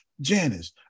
Janice